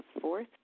fourth